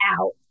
out